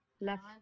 Left